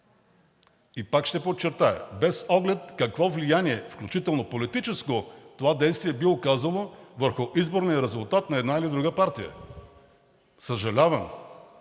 И пак ще подчертая – без оглед какво влияние, включително политическо, това действие би оказало върху изборния резултат на една или друга партия. Съжалявам,